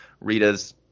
Rita's